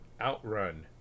Outrun